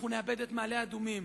נאבד את מעלה-אדומים